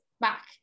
back